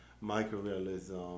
micro-realism